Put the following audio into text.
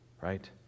right